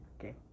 okay